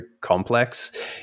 complex